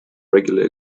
regular